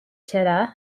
jeddah